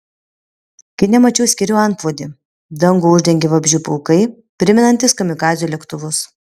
kine mačiau skėrių antplūdį dangų uždengė vabzdžių pulkai primenantys kamikadzių lėktuvus